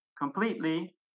completely